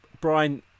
brian